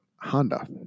Honda